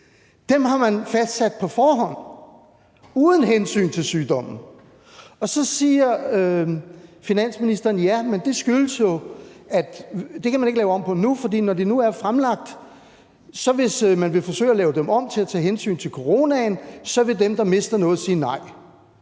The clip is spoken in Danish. Dem har man fastsat på forhånd uden hensyn til sygdommen. Og så siger finansministeren, at det kan man ikke lave om på nu, for når de nu er fremlagt – og man vil forsøge at lave dem om til at tage hensyn til coronaen – så vil dem, der mister noget, sige nej.